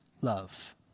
love